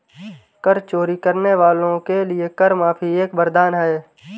कर चोरी करने वालों के लिए कर माफी एक वरदान है